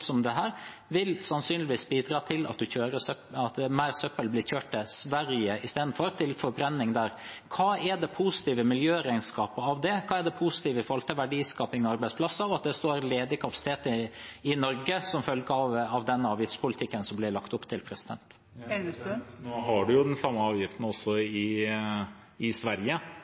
det sannsynligvis i stedet føre til at mer søppel blir kjørt til Sverige, til forbrenning der. Hva er det positive miljøregnskapet av det? Hva er det positive i forhold til verdiskaping og arbeidsplasser med at det står ledig kapasitet i Norge som følge av denne avgiftspolitikken som det blir lagt opp til? Nå har man den samme avgiften også i Sverige, så det at det kjøres avfall fra Norge til Sverige,